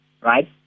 right